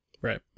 Right